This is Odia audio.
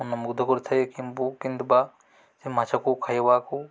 କରିଥାଏ କିନ୍ତୁ ବା ସେ ମାଛକୁ ଖାଇବାକୁ